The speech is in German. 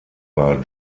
war